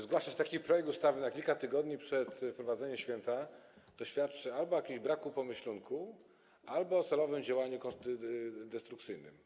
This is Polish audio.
Zgłaszanie takiego projektu ustawy na kilka tygodni przed wprowadzeniem święta świadczy albo o jakimś braku pomyślunku, albo o celowym działaniu destrukcyjnym.